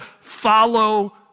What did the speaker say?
follow